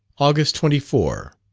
august twenty four.